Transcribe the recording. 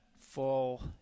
full